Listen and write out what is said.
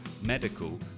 medical